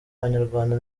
abanyarwanda